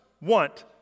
want